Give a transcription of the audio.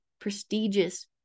prestigious